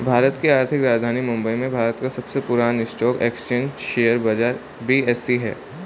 भारत की आर्थिक राजधानी मुंबई में भारत का सबसे पुरान स्टॉक एक्सचेंज शेयर बाजार बी.एस.ई हैं